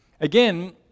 Again